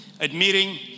Admitting